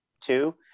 Two